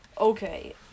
okay